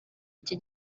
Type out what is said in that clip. iki